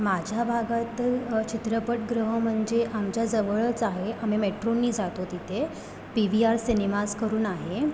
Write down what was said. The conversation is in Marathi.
माझ्या भागातील चित्रपटग्रह म्हणजे आमच्या जवळच आहे आमी मेट्रोनी जातो तिथे पी व्ही आर सिनेमाज करून आहे